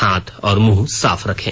हाथ और मुंह साफ रखें